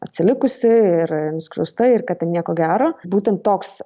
atsilikusi ir nuskriausta ir kad ten nieko gero būtent toks